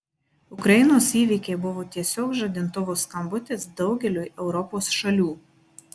ukrainos įvykiai buvo tiesiog žadintuvo skambutis daugeliui europos šalių